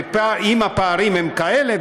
אם הפערים הם כאלה,